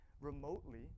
remotely